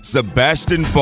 Sebastian